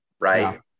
right